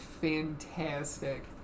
fantastic